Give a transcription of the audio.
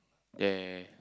yea